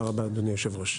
תודה רבה, אדוני היושב ראש.